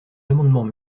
amendements